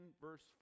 verse